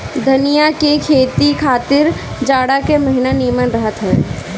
धनिया के खेती खातिर जाड़ा के महिना निमन रहत हअ